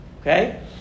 okay